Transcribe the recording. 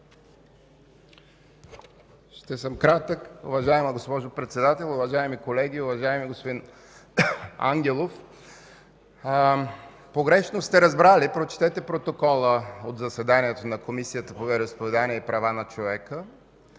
Ще съм кратък, уважаема госпожо Председател! Уважаеми колеги! Уважаеми господин Ангелов, погрешно сте разбрали. Прочетете протокола от заседанието на Комисията по вероизповеданията и правата на човека.